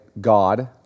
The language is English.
God